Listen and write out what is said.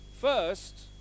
First